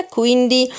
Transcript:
quindi